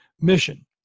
mission